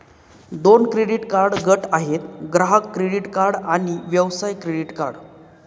दोन credit card गट आहेत, ग्राहक क्रेडिट कार्ड आणि व्यवसाय क्रेडिट कार्ड